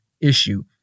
issue